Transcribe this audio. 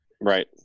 Right